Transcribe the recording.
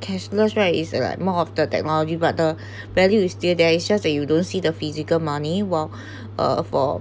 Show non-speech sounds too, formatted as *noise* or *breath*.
cashless right is like more of the technology but the *breath* value is still there it's just that you don't see the physical money while *breath* a for